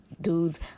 dudes